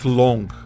long